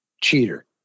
cheater